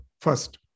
First